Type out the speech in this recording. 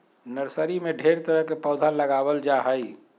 nursery में ढेर तरह के पौधा लगाबल जा हइ